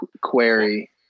Query